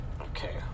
okay